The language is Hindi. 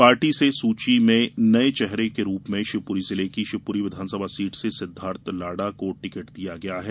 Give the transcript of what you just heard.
पार्टी से सूची में नये चेहरे के रूप में शिवपुरी जिले की शिवपुरी विधानसभा सीट सिद्वार्थ लाडा को टिकट दिया है